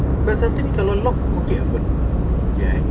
so rasa rasa ni kalau lock okay ah phone okay ah eh